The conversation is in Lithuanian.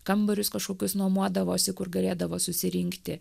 kambarius kažkokius nuomodavosi kur galėdavo susirinkti